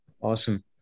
Awesome